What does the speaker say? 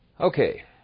Okay